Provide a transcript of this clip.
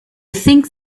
think